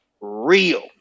real